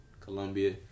Colombia